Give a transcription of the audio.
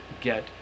get